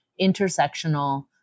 intersectional